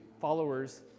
followers